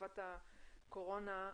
תקופת הקורונה,